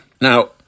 now